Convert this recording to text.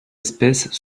espèce